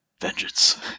vengeance